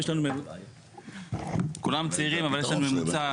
אני מדבר דווקא אולי על הציבור שאותו אני מייצג כרגע,